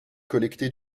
collectées